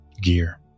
gear